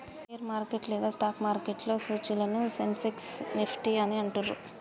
share market లేదా stock మార్కెట్లో సూచీలను సెన్సెక్స్, నిఫ్టీ అని అంటుండ్రు